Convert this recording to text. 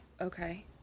Okay